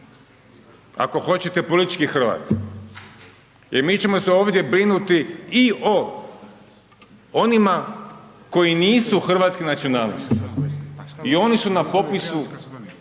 ako hoćete politički Hrvat. Jer mi ćemo se ovdje brinuti i o onima, koji nisu hrvatske nacionalnosti i oni su na popisu